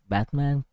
Batman